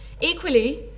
Equally